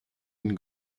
une